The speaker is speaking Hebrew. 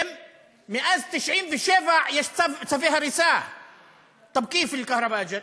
מאז 1997 יש צווי הריסה (אומר בערבית: